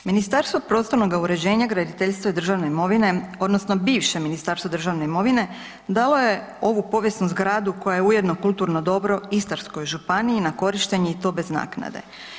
Ministarstvo prostornoga uređenja, graditeljstva i državne imovine odnosno bivše Ministarstvo državne imovine dalo je ovu povijesnu zgradu koja je ujedno kulturno dobro Istarskoj županiji na korištenje i to bez naknade.